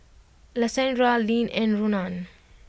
Alessandra Lyn and Ronan